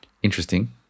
Interesting